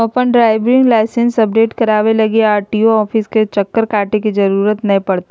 अपन driving licence update कराबे लगी आर.टी.ओ ऑफिस के चक्कर काटे के जरूरत नै पड़तैय